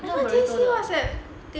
那个 burrito 的